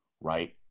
right